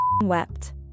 wept